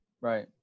right